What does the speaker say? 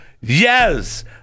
Yes